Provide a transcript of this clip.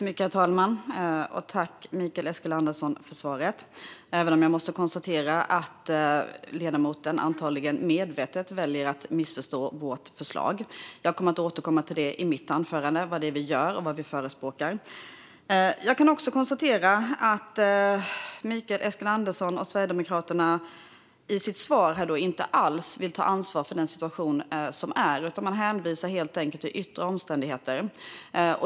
Herr talman! Tack, Mikael Eskilandersson, för svaret, även om jag måste konstatera att ledamoten antagligen medvetet väljer att missförstå vårt förslag. Jag kommer att återkomma i mitt anförande till vad vi gör och vad vi förespråkar. Jag kan konstatera att Mikael Eskilandersson och Sverigedemokraterna i sitt svar här inte alls vill ta ansvar för den situation som råder, utan de hänvisar till yttre omständigheter.